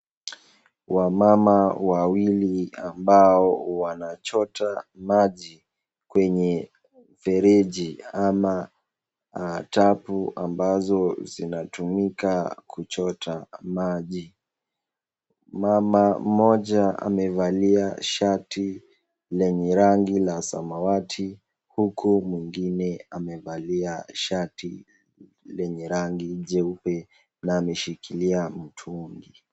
Wamama wawili ambao wanachota maji kwenye mfereji ama tapu ambazo zinatumika kuchota maji. Mama mmoja amevalia shati lenye rangi la samawati, huku mwingine amevalia shati lenye rangi jeupe na ameshikilia mtungi.